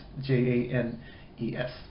J-A-N-E-S